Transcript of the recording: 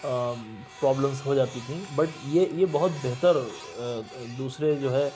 problems ہو جاتی تھیں بٹ یہ یہ بہت بہتر دوسرے جو ہے